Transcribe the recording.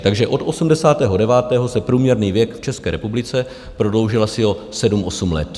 Takže od osmdesátého devátého se průměrný věk v České republice prodloužil asi o sedm, osm let.